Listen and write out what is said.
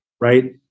right